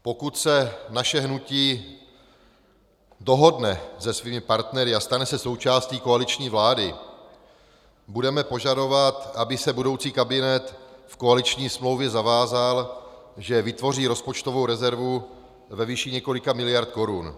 Pokud se naše hnutí dohodne se svými partnery a stane se součástí koaliční vlády, budeme požadovat, aby se budoucí kabinet v koaliční smlouvě zavázal, že vytvoří rozpočtovou rezervu ve výši několika miliard korun.